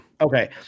Okay